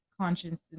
conscience